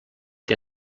que